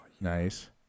Nice